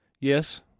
Yes